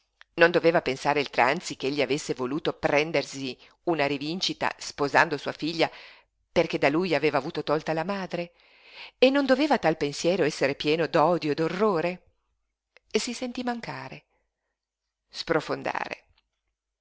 non doveva pensare il tranzi ch'egli avesse voluto prendersi una rivincita sposando sua figlia poiché da lui aveva avuto tolta la madre e non doveva a un tal pensiero essere pieno d'odio e d'orrore si sentí mancare sprofondare